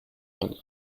mal